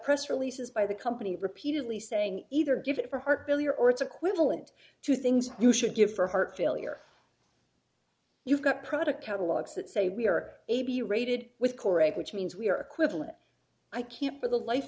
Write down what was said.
press releases by the company repeatedly saying either get it for heart failure or it's equivalent to things you should give for heart failure you've got product catalogues that say we are ab rated with couric busy which means we are equivalent i can't for the life